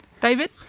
David